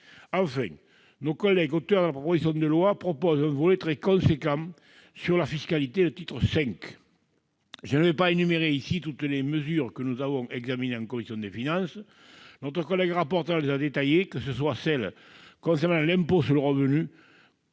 Enfin, nos collègues auteurs de la proposition de loi proposent un volet très important sur la fiscalité, le titre V. Je n'énumérerai pas toutes les mesures que nous avons examinées en commission des finances. Notre collègue rapporteur les a détaillées, qu'il s'agisse de l'impôt sur le revenu